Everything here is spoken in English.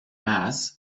mass